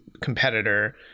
competitor